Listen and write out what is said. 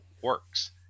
works